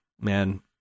Man